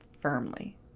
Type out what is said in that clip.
firmly